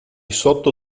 sotto